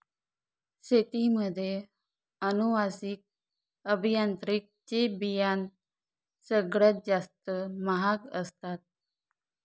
शेतीमध्ये अनुवांशिक अभियांत्रिकी चे बियाणं सगळ्यात जास्त महाग असतात